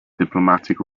diplomatic